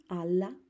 alla